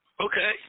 Okay